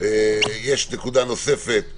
יש נקודה נוספת,